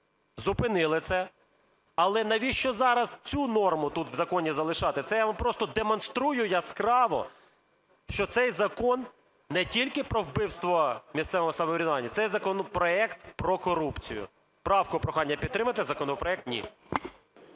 Зупинили це. Але навіщо зараз цю норму тут в законі залишати? Це я вам просто демонструю яскраво, що цей закон не тільки про вбивство місцевого самоврядування, цей законопроект про корупцію. Правку прохання підтримати, законопроект ні.